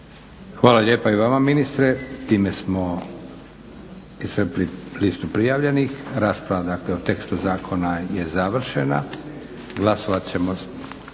Hvala lijepa i vama ministre. Time smo iscrpili listu prijavljenih. Rasprava o tekstu zakona je završena. Glasovat ćemo